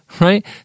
right